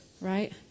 right